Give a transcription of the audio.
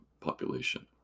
population